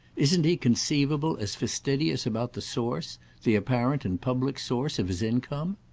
isn't he conceivable as fastidious about the source the apparent and public source of his income?